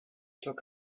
talk